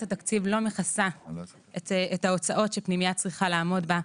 התקציב לא מכסה את ההוצאות שפנימייה צריכה לעמוד בה.